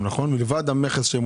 מלבד המכס.